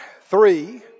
three